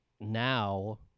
now